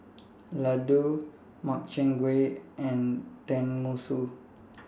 Ladoo Makchang Gui and Tenmusu